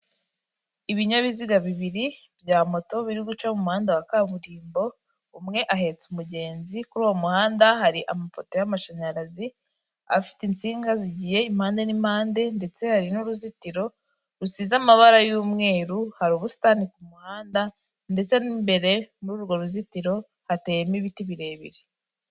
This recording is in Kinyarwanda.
Ibinyabiziga bibiri bya moto biri guca mu muhanda wa kaburimbo, umwe ahetse umugenzi, kuri uwo muhanda hari amapoto y'amashanyarazi, afite insinga zigiye impande n'impande ndetse hari n'uruzitiro rusize amabara y'umweru, hari ubusitani ku muhanda ndetse n'imbere muri urwo ruzitiro hateyemo ibiti birebire.